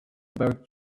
about